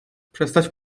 przestać